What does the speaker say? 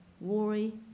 worry